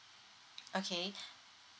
okay